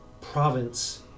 province